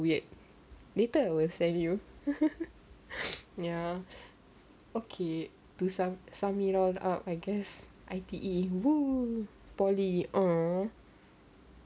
weird later I will send you ya okay to sum sum it all up I guess I_T_E !woo! poly !aww!